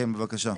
כן, בבקשה.